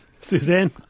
Suzanne